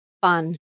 fun